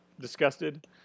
disgusted